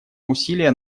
усилия